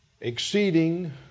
exceeding